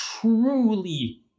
truly